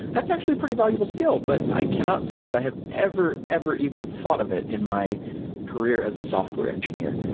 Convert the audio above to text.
that's actually a pretty valuable skill, but i cannot say that i have ever, ever even thought of it in my career as a software engineer.